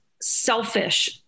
selfish